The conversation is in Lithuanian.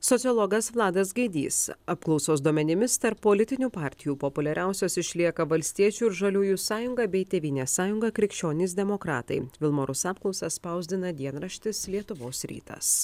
sociologas vladas gaidys apklausos duomenimis tarp politinių partijų populiariausios išlieka valstiečių ir žaliųjų sąjunga bei tėvynės sąjunga krikščionys demokratai vilmorus apklausą spausdina dienraštis lietuvos rytas